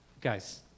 guys